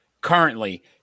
currently